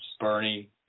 Bernie